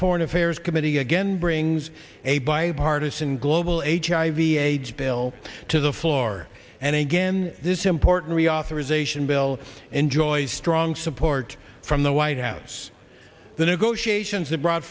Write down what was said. foreign affairs committee again brings a bipartisan global aids hiv aids bill to the floor and again this important reauthorization bill enjoys strong support from the white house the negotiations that brought